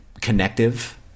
connective